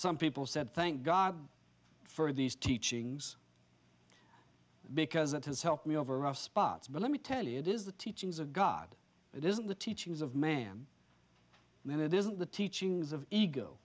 some people said thank god for these teachings because it has helped me over rough spots but let me tell you it is the teachings of god it isn't the teachings of ma'am then it isn't the teachings of ego